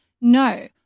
No